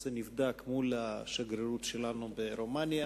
הנושא נבדק מול השגרירות שלנו ברומניה,